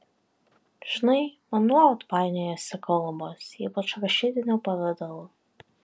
žinai man nuolat painiojasi kalbos ypač rašytiniu pavidalu